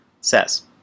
says